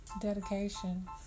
dedication